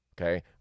Okay